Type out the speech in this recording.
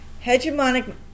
hegemonic